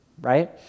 right